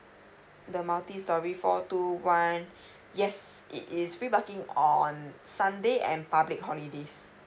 the multi story four two one yes it is free parking on sunday and public holidays